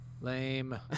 lame